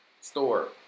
store